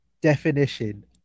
definition